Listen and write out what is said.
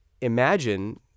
imagine